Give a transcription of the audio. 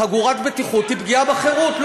חגורת בטיחות היא פגיעה בחירות.